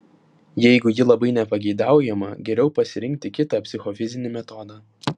jeigu ji labai nepageidaujama geriau pasirinkti kitą psichofizinį metodą